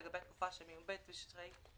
אם מתקיימים לגביו כל אלה: